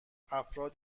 افراد